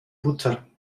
butter